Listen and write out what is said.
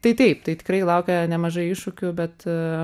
tai taip tai tikrai laukia nemažai iššūkių bet